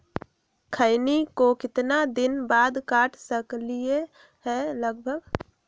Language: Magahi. खैनी को कितना दिन बाद काट सकलिये है लगभग?